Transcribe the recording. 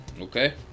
Okay